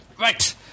Right